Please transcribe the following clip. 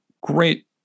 great